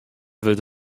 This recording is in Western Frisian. wurdt